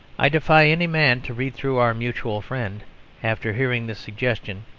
i defy any man to read through our mutual friend after hearing this suggestion,